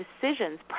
decisions